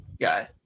guy